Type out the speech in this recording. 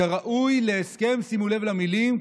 כראוי להסכם" שימו לב למילים,